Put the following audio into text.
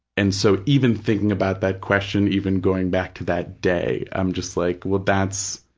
and so, even thinking about that question, even going back to that day, i'm just like, well, that's,